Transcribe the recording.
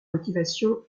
motivation